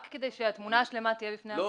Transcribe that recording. רק כדי שהתמונה השלמה תהיה בפני הוועדה.